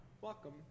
Welcome